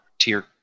tier